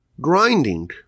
grinding